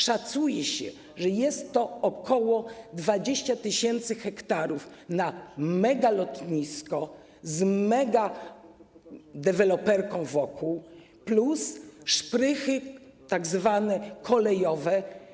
Szacuje się, że jest to ok. 20 tys. ha na megalotnisko z megadeweloperką wokół plus szprychy tzw. kolejowe.